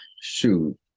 shoot